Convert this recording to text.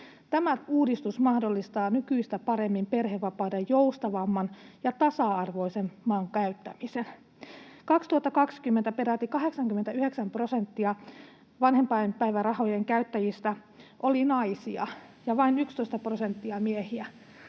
Tämä uudistus mahdollistaa nykyistä paremmin perhevapaiden joustavamman ja tasa-arvoisemman käyttämisen. 2020 peräti 89 prosenttia vanhempainpäivärahojen käyttäjistä oli naisia ja vain 11 prosenttia miehiä.